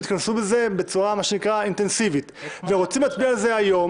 התכנסו לדון בזה בצורה אינטנסיבית ורוצים להצביע על זה היום,